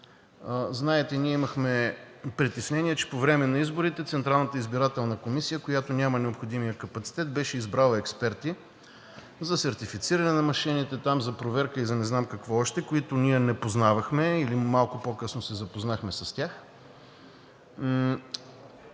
Знаете, ние имахме притеснения, че по време на изборите Централната избирателна комисия, която няма необходимия капацитет, беше избрала експерти за сертифициране на машините, за проверка и за не знам какво още, които ние не познавахме или малко по-късно се запознахме с тях.